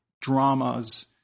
dramas